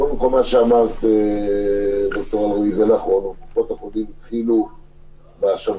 בגלל שנכנסנו לא נכון ויצאנו לא נכון מהסגר השני,